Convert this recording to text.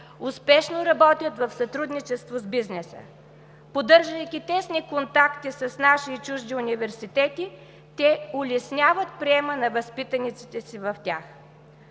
Успешно работят в сътрудничество с бизнеса. Поддържайки тесни контакти с наши и чужди университети, те улесняват приема на възпитаниците си в тях.